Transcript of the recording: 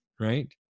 right